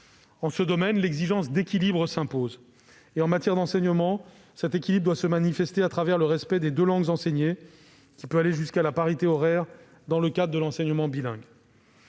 en ce domaine, l'exigence d'équilibre s'impose et, en matière d'enseignement, cet équilibre doit se manifester à travers le respect des deux langues enseignées, qui peut aller jusqu'à la parité horaire dans le cadre de l'enseignement bilingue.